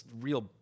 real